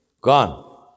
gone